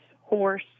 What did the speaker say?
horse